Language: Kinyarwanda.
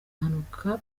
impanuka